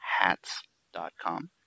hats.com